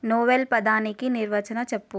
novel పదానికి నిర్వచన చెప్పు